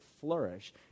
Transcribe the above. flourish